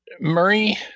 Murray